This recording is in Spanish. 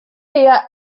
día